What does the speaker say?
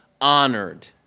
honored